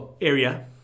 area